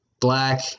Black